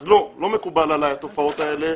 אז לא, לא מקובל עלי התופעות האלה.